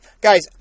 guys